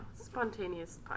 spontaneous